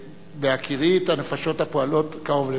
בהכירי את הנפשות הפועלות, קרוב לוודאי,